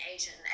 Asian